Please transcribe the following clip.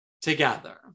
together